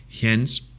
hence